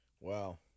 Wow